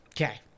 Okay